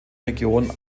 region